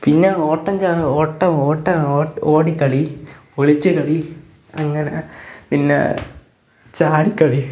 പിന്നെ ഓട്ടം ഓട്ടം ഓടിക്കളി ഒളിച്ച് കളി അങ്ങനെ പിന്നെ ചാടിക്കളി